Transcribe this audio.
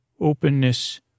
Openness